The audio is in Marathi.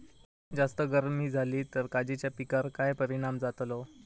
जास्त गर्मी जाली तर काजीच्या पीकार काय परिणाम जतालो?